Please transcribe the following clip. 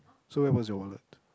so where was your wallet